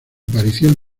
aparición